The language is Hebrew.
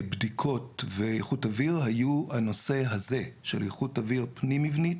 לבדיקות ואיכות אוויר היו הנושא הזה של איכות אוויר פנים מבני,